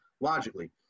logically